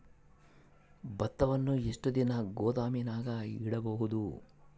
ಭತ್ತವನ್ನು ಎಷ್ಟು ದಿನ ಗೋದಾಮಿನಾಗ ಇಡಬಹುದು?